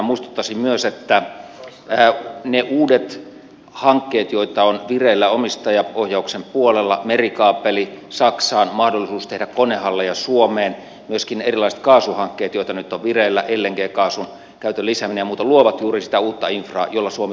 muistuttaisin myös että ne uudet hankkeet joita on vireillä omistajaohjauksen puolella merikaapeli saksaan mahdollisuus tehdä konehalleja suomeen myöskin erilaiset kaasuhankkeet joita nyt on vireillä lng kaasun käytön lisääminen ja muuta luovat juuri sitä uutta infraa jolla suomi tulevaisuudessa pärjää